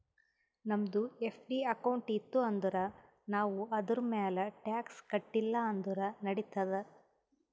ನಮ್ದು FD account ಇತ್ತು ಅಂದುರ್ ನಾವ್ ಅದುರ್ಮ್ಯಾಲ್ ಟ್ಯಾಕ್ಸ್ ಕಟ್ಟಿಲ ಅಂದುರ್ ನಡಿತ್ತಾದ್